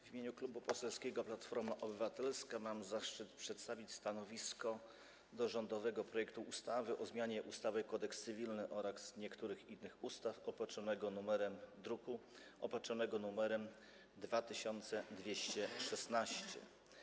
W imieniu klubu poselskiego Platforma Obywatelska mam zaszczyt przedstawić stanowisko dotyczące rządowego projektu ustawy o zmianie ustawy Kodeks cywilny oraz niektórych innych ustaw z druku opatrzonego numerem 2216.